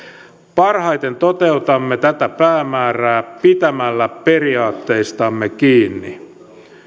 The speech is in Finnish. parhaiten toteutamme tätä päämäärää pitämällä periaatteistamme kiinni